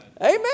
Amen